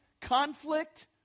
conflict